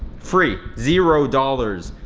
free, zero dollars,